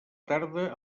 tarda